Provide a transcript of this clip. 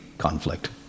conflict